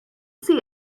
see